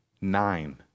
nine